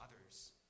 others